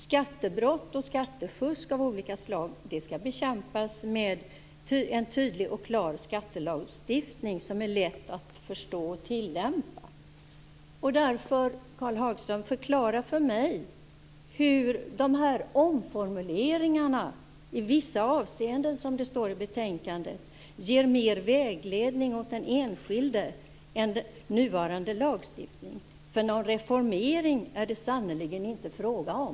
Skattebrott och skattefusk av olika slag skall bekämpas med en tydlig och klar skattelagstiftning som är lätt att förstå och tillämpa. Förklara, Karl Hagström, därför för mig hur de här omformuleringarna i vissa avseenden, som det står i betänkandet, ger mer vägledning åt den enskilde än nuvarande lagstiftning, för någon reformering är det sannerligen inte fråga om.